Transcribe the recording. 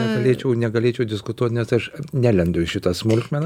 negalėčiau negalėčiau diskutuot nes aš nelendu į šitą smulkmeną